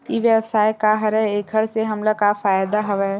ई व्यवसाय का हरय एखर से हमला का फ़ायदा हवय?